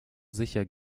sicher